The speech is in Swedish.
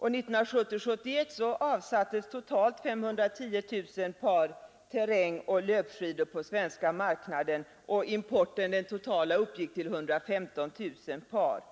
Under 1970-1971 avsattes totalt 510000 par terrängoch löpskidor på den svenska marknaden. Den totala importen uppgick till 115 000 par.